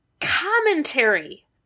commentary